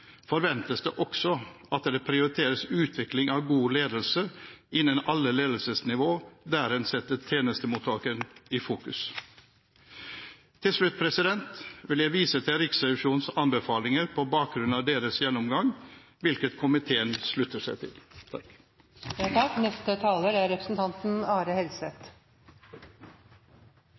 forventes det også at det prioriteres utvikling av god ledelse på alle ledelsesnivåer, der en setter tjenestemottakeren i fokus. Til slutt vil jeg vise til Riksrevisjonens anbefalinger på bakgrunn av deres gjennomgang, hvilke komiteen slutter seg til.